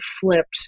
flipped